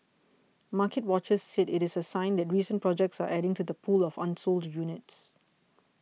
market watchers said it's a sign that recent projects are adding to the pool of unsold units